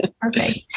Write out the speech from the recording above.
Perfect